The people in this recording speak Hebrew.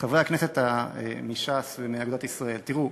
חברֵי הכנסת מש"ס ומאגודת ישראל, תראו,